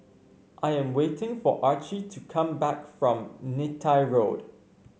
I am waiting for Archie to come back from Neythai Road